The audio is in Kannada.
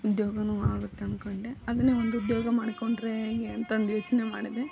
ಉದ್ಯೋಗವೂ ಆಗುತ್ತೆ ಅಂದ್ಕೊಂಡೆ ಅದನ್ನೇ ಒಂದು ಉದ್ಯೋಗ ಮಾಡಿಕೊಂಡ್ರೆ ಹೇಗೆ ಅಂತಂದು ಯೋಚನೆ ಮಾಡಿದೆ